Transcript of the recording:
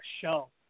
show